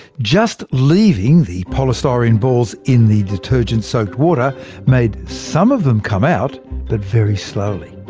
just leaving the polystyrene balls in the detergent-soaked water made some of them come out but very slowly.